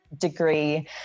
degree